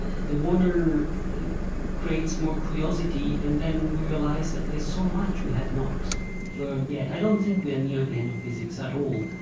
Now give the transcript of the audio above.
the wonder creates more curiosity, and then we realize that there is so much we have not learned yet. i don't think we are near the end of physics at all.